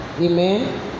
Amen